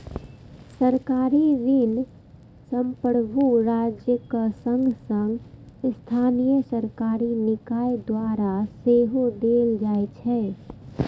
सरकारी ऋण संप्रभु राज्यक संग संग स्थानीय सरकारी निकाय द्वारा सेहो देल जाइ छै